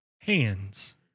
hands